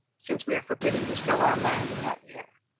since we are forbidden to sow our land in that year.